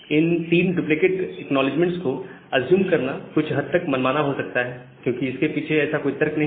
इन 3 duplicate acknowledgements को assume करना कुछ हद तक मनमाना हो सकता है क्योंकि इसके पीछे ऐसा कोई तर्क नहीं है